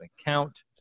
account